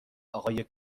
آقای